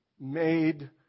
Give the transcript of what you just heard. Made